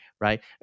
right